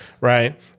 right